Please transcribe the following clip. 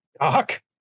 doc